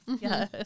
Yes